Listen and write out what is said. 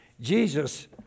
Jesus